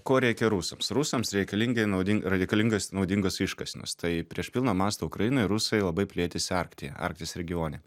ko reikia rusams rusams reikalinga ir naudinga yra reikalingas naudingos iškasenos tai prieš pilną mastą ukrainoj rusai labai plėtėsi arktyje arkties regione